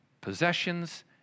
possessions